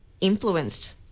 influenced